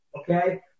okay